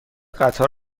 قطار